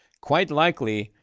quite likely,